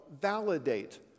validate